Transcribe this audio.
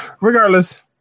Regardless